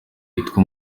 yitwa